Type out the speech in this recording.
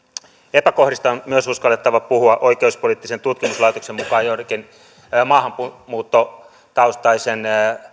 epäkohdista on myös uskallettava puhua oikeuspoliittisen tutkimuslaitoksen mukaan jonkin maahanmuuttotaustaisen